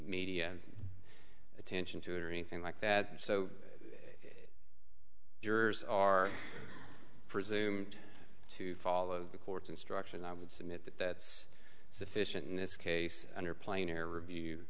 media attention to it or anything like that so jurors are presumed to follow the court's instruction i would submit that that's sufficient in this case under plainer review